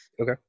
Okay